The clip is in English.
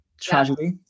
tragedy